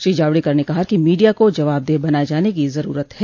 श्री जावड़ेकर ने कहा कि मीडिया को जवाबदेह बनाए जाने की जरूरत है